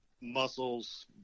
Muscles